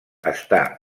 està